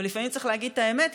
אבל לפעמים צריך להגיד את האמת,